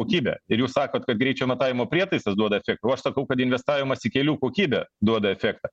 kokybę ir jūs sakot kad greičio matavimo prietaisas duoda efek ko aš sakau kad investavimas į kelių kokybę duoda efektą